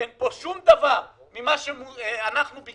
אין פה לא הטבות מס לעצמאים,